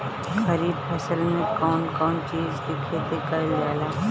खरीफ फसल मे कउन कउन चीज के खेती कईल जाला?